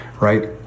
right